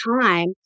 time